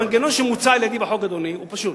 המנגנון שמוצע על-ידי בחוק, אדוני, הוא פשוט: